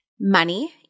money